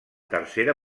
tercera